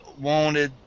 wanted